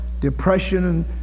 depression